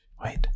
Wait